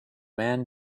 man